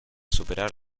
superar